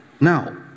Now